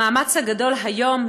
המאמץ הגדול היום,